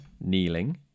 kneeling